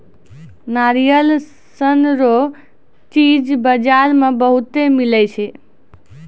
नारियल सन रो चीज बजार मे बहुते मिलै छै